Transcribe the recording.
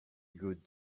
good